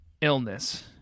illness